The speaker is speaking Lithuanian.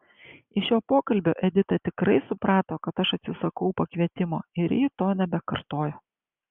iš šio pokalbio edita tikrai suprato kad aš atsisakau pakvietimo ir ji to nebekartojo